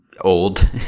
old